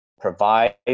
provide